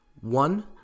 One